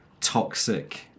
toxic